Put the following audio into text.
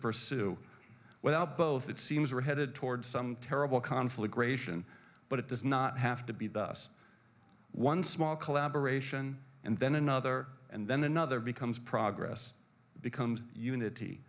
pursue without both it seems we're headed toward some terrible conflagration but it does not have to be the us one small collaboration and then another and then another becomes progress becomes unity